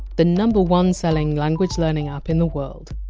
the number one selling language-learning app in the world.